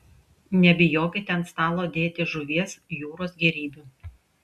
nebijokite ant stalo dėti žuvies jūros gėrybių